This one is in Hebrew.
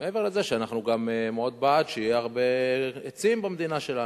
מעבר לזה שאנחנו גם מאוד בעד שיהיו הרבה עצים במדינה שלנו.